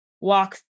walk